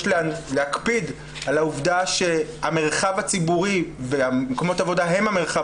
להקפיד על העובדה שהמרחב הציבורי ומקומות העבודה הם המרחב